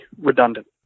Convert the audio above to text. redundant